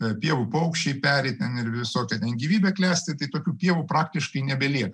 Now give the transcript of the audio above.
pievų paukščiai peri ten ir visokia gyvybė klesti tai tokių pievų praktiškai nebelieka